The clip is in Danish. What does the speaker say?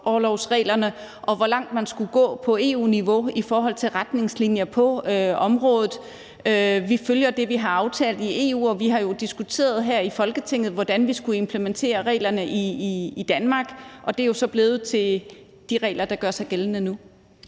og hvor langt man skulle gå på EU-niveau i forhold til retningslinjer på området. Vi følger det, vi har aftalt i EU, og vi har her i Folketinget diskuteret, hvordan vi skulle implementere reglerne i Danmark, og det er jo så blevet til de regler, der gør sig gældende nu.